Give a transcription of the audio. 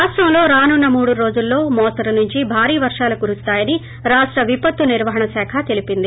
రాష్టంలో రానున్న మూడు రోజుల్లో మోస్తారు నుంచి భారీ వర్తాలు కురుస్తాయని రాష్ట విపత్తు నిర్వహణ శాఖతెలిపింది